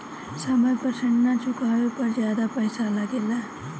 समय पर ऋण ना चुकाने पर ज्यादा पईसा लगेला?